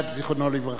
זיכרונו לברכה,